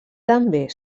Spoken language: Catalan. també